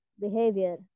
behavior